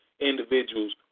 individuals